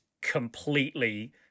completely